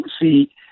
see